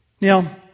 Now